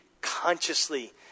consciously